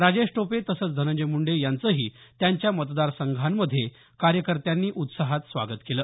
राजेश टोपे तसंच धनंजय मुंडे यांचही त्यांच्या मतदारसंघामध्ये कार्यकर्त्यांनी उत्साहात स्वागत केल